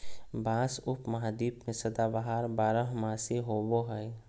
बाँस उपमहाद्वीप में सदाबहार बारहमासी होबो हइ